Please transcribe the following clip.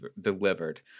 delivered